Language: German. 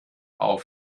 auf